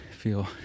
feel